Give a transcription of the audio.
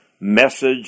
message